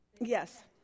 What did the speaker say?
Yes